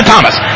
Thomas